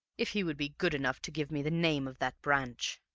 if he would be good enough to give me the name of that branch.